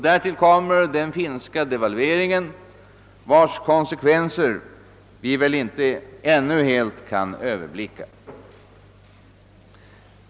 Därtill kommer konsekvenserna av den finska devalveringen, vilka vi ännu inte helt kan överblicka.